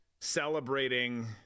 celebrating